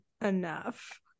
enough